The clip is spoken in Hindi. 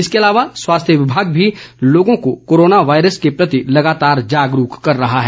इसके अलावा स्वास्थ्य विभाग भी लोगों को कोरोना वायरस के प्रति लगातार जागरूक कर रहा है